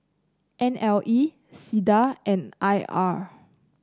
N L E SINDA and I R